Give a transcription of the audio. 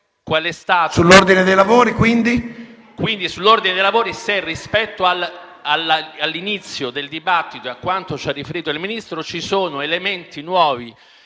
Sull'ordine dei lavori, quindi?